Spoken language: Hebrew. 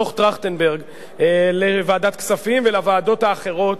דוח-טרכטנברג לוועדת כספים ולוועדות האחרות,